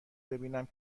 ببینم